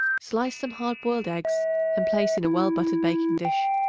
slice some hard-boiled eggs and place in a well-buttered baking-dish.